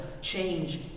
change